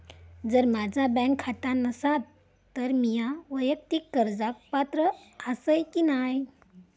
जर माझा बँक खाता नसात तर मीया वैयक्तिक कर्जाक पात्र आसय की नाय?